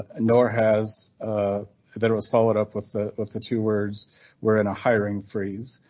ah nor has that was followed up with the with the two words were in a hiring freeze.